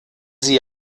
sie